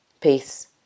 Peace